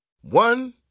One